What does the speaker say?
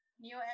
new